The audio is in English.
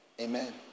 Amen